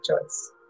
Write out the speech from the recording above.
choice